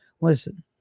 Listen